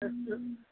अच्छा